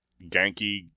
Ganky